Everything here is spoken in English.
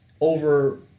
over